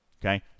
Okay